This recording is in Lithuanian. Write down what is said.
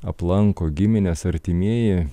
aplanko gimines artimieji